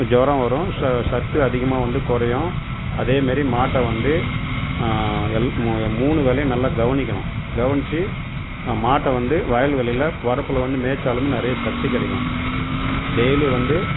ஜுரம் வரும் ச சத்து அதிகமாக வந்து குறையும் அதே மாரி மாட்டை வந்து எல் மூ மூணு வேலையும் நல்லா கவனிக்கணும் கவனித்து மாட்டை வந்து வயல்வெளியில் வரப்பில் வந்து மேய்ச்சாலும் நிறைய சத்து கிடைக்கும் டெய்லியும் வந்து